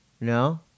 No